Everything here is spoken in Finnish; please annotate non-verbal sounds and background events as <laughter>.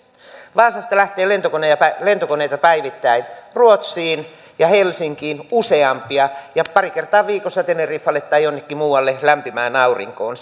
vaasasta lähtee lentokoneita lentokoneita päivittäin ruotsiin ja helsinkiin useampia ja pari kertaa viikossa teneriffalle tai jonnekin muualle lämpimään aurinkoon <unintelligible>